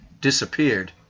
disappeared